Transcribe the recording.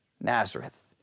Nazareth